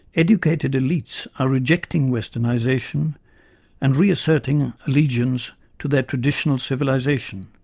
educated elites are rejecting westernisation and reasserting allegiance to their traditional civilisation,